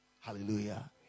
Hallelujah